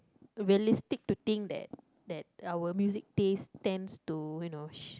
realistic to think that that our music taste tends to you know